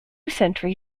century